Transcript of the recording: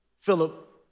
Philip